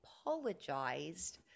apologized